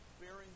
bearing